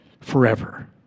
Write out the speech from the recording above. forever